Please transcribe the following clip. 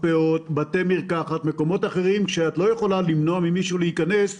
בתי מרקחת ומקומות אחרים שאת לא יכולה למנוע ממישהו להיכנס ---?